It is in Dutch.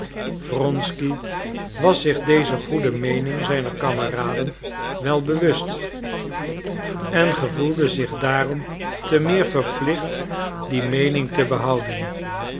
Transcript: wronsky was zich deze goede meening zijner kameraden wel bewust en gevoelde zich daarom te meer verplicht die meening te behouden